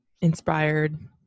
inspired